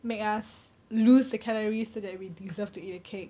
make us lose the calories so that we deserve to eat a cake